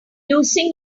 losing